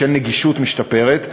בשל נגישות משתפרת,